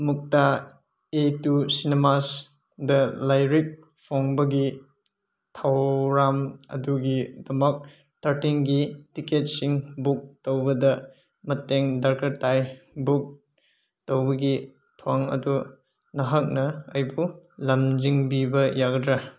Mukta A two ꯁꯤꯅꯦꯃꯥꯁꯗ ꯂꯥꯏꯔꯤꯛ ꯐꯣꯡꯕꯒꯤ ꯊꯧꯔꯝ ꯑꯗꯨꯒꯤꯗꯃꯛ ꯊꯥꯔꯇꯤꯟꯒꯤ ꯇꯤꯛꯀꯦꯠꯁꯤꯡ ꯕꯨꯛ ꯇꯧꯕꯗ ꯃꯇꯦꯡ ꯗꯔꯀꯥꯔ ꯇꯥꯏ ꯕꯨꯛ ꯇꯧꯕꯒꯤ ꯊꯧꯑꯣꯡ ꯑꯗꯨ ꯅꯍꯥꯛꯅ ꯑꯩꯕꯨ ꯂꯝꯖꯤꯡꯕꯤꯕ ꯌꯥꯒꯗ꯭ꯔ